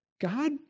God